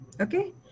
Okay